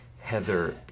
Heather